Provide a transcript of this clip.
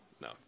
No